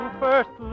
first